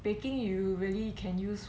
baking you really can use